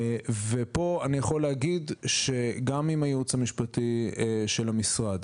ופה אני יכול להגיד שגם עם היועץ המשפטי של המשרד,